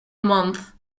month